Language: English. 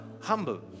humble